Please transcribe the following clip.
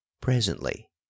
Presently